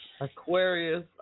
Aquarius